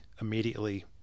immediately